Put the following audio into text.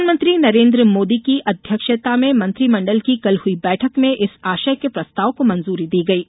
प्रधानमंत्री नरेंद्र मोदी की अध्यक्षता में मंत्रिमंडल की कल हुई बैठक में इस आशय के प्रस्ताव को मंजूरी दी गयी